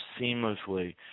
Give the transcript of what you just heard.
seamlessly